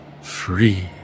free